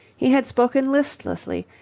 he had spoken listlessly,